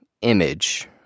image